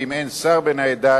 ואם אין שר בן העדה,